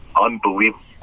unbelievable